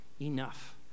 enough